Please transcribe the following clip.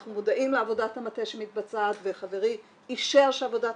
אנחנו מודעים לעבודת המטה שמתבצעת וחברי אישר שעבודת